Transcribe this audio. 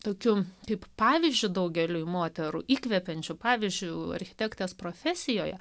tokių kaip pavyzdžiui daugeliui moterų įkvepiančiu pavyzdžiu architektės profesijoje